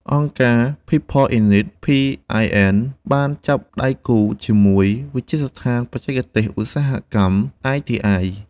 អង្គការ People In Need (PIN) បានចាប់ដៃគូជាមួយវិទ្យាស្ថានបច្ចេកទេសឧស្សាហកម្ម (ITI)។